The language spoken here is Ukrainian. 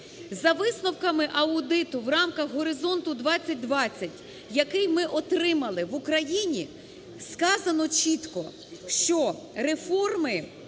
За висновками аудиту в рамках "Горизонту-2020", який ми отримали в Україні, сказано чітко, що реформи,